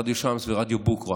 רדיו שאמס ורדיו בוקרה,